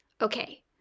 Okay